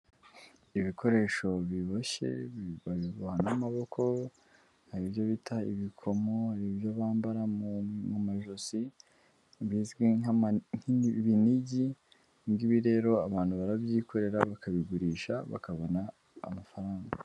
Ibikoresho biboshye babivanamoboko hari ibyo bita ibikomo, ibyo bambara mu majosi bizwi nk'ibinigi, ibi ngibi rero abantu barabyikorera bakabigurisha bakabona amafaranga.